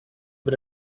per